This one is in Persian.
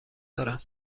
دارم